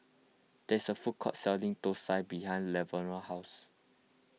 there is a food court selling Thosai behind Lavona's house